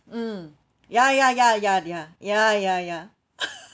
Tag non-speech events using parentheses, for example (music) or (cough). mm ya ya ya ya ya ya ya ya (laughs)